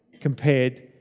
compared